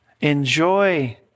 enjoy